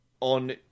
on